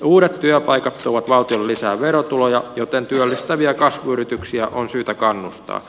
uudet työpaikat tuovat valtiolle lisää verotuloja joten työllistäviä kasvuyrityksiä on syytä kannustaa